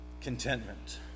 Contentment